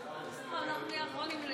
בסדר, אנחנו נהיה אחרונים.